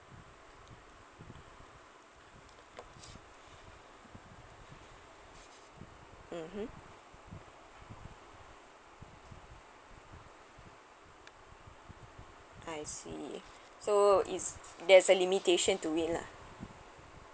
mmhmm I see so is there's a limitation to me lah